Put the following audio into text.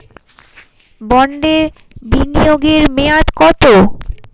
বন্ডে বিনিয়োগ এর মেয়াদ কত?